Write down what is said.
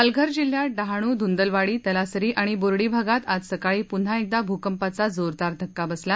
पालघर जिल्ह्यात डहाणू धृंदलवाडी तलासरी आणि बोर्डी भागात आज सकाळी पृन्हा भुकंपाचा जोरदार धक्का बसला